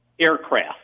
aircraft